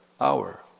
hour